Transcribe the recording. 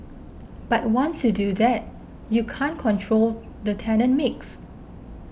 but once you do that you can't control the tenant mix